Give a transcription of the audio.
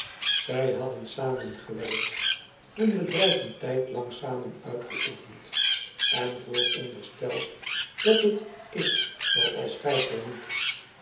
zij hadden samen gewerkt hun bedrijf een tijdlang samen uitgeoefend en voor ondersteld dat het is zooals gij